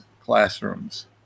classrooms